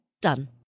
done